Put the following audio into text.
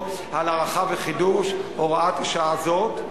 על הארכה וחידוש הוראת השעה הזאת.